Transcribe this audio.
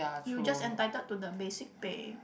you just entitled to the basic pay